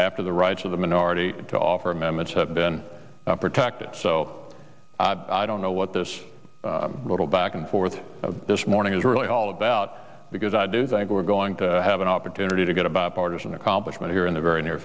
after the rights of the minority to offer amendments have been protected so i don't know what this little back and forth this morning is really all about because i do think we're going to have an opportunity to get a bipartisan accomplishment here in the very near